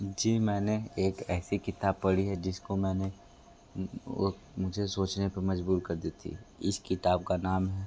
जी मैंने एक ऐसी किताब पढ़ी है जिसको मैंने वो मुझे सोचने पर मजबूर कर देती है इस किताब का नाम है